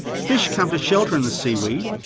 fish come to shelter in the seaweed,